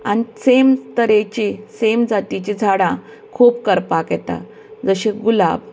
आनी सेम तरेचीं सेम जातीचीं झाडां खूब करपाक येता जशे गूलाब